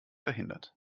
verhindert